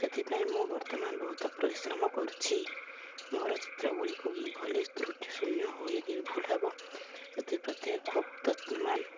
ସେଥିପାଇଁ ମୁଁ ବର୍ତ୍ତମାନ ବହୁତ ପରିଶ୍ରମ କରୁଛି ମୋର ଚିତ୍ରଗୁଡ଼ିକୁ କିଭଳି ତୃଟି ଶୂନ୍ୟ ହୋଇ ନିର୍ଭୁଲ ହବ ସେଥିପ୍ରତି ଖୁବ୍ ଯତ୍ନମାନ